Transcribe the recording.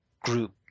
group